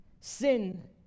Sin